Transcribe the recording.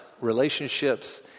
relationships